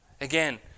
Again